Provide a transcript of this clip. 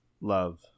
love